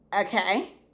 okay